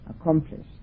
accomplished